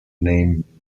name